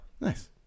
Nice